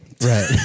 Right